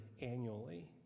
annually